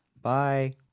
Bye